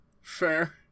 Fair